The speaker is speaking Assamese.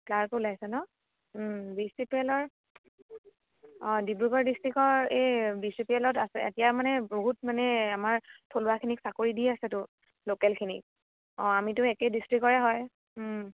ক্লাৰ্ক ওলাইছে ন বি চি পি এল ৰ অ' ডিব্ৰুগড় ডিষ্ট্ৰিক্টৰ এই বি চি পি এল ত আছে এতিয়া মানে বহুত মানে আমাৰ থলুৱাখিনিক চাকৰি দি আছে তো লোকেলখিনি অ' আমিতো একে ডিষ্ট্ৰিক্টৰে হয়